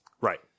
right